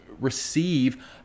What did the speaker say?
receive